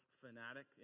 fanatic